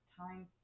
time